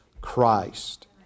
Christ